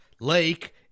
lake